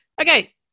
Okay